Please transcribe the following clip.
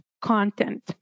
content